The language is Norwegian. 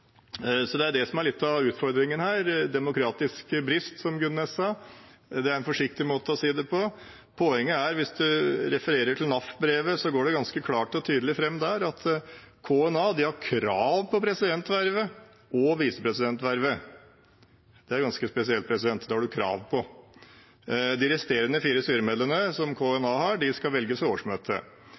Det er det som er litt av utfordringen her. Demokratisk brist, som Gunnes sa, er en forsiktig måte å si det på. Poenget er: Hvis en refererer til NAF-brevet, går det ganske klart og tydelig fram der at KNA har krav på presidentvervet og visepresidentvervet. Det er ganske spesielt – det har de krav på. De resterende fire styremedlemmene som KNA har, skal velges